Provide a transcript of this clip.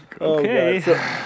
okay